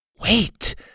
Wait